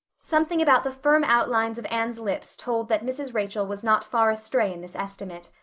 something about the firm outlines of anne's lips told that mrs. rachel was not far astray in this estimate.